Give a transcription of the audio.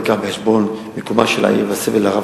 נלקח בחשבון מיקומה של העיר והסבל הרב